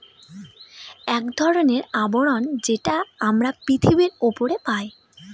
এক ধরনের আবরণ যেটা আমরা পৃথিবীর উপরে পাই